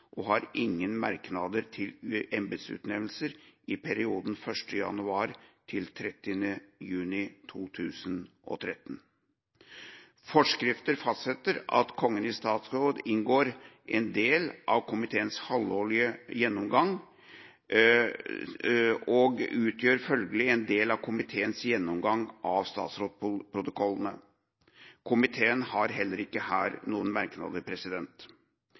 og har ingen merknader til embetsutnevnelser i perioden 1. januar–30. juni 2013. Forskrifter fastsetter at Kongen i statsråd inngår i en del av komiteens halvårlige gjennomgang, og følgelig utgjør en del av komiteens gjennomgang av statsrådsprotokollene. Komiteen har heller ikke her noen merknader.